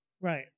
Right